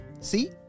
See